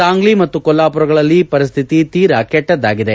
ಸಾಂಗ್ಲಿ ಮತ್ತು ಕೊಲ್ಲಾಪುರಗಳಲ್ಲಿ ಪರಿಸ್ಟಿತಿ ತೀರ ಕೆಟ್ಟದ್ದಾಗಿದೆ